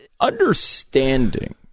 understanding